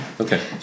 Okay